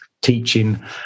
teaching